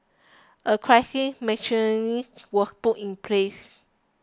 a crisis machinery was put in place